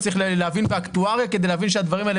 לא צריך להבין באקטואריה כדי להבין שהדברים האלה